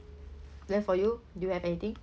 then for you do you have anything